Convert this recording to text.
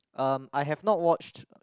um I have not watched